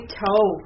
toe